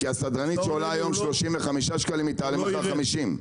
כי הסדרנית שעולה היום 35 שקלים מחר תעלה 50 שקלים.